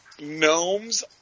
Gnomes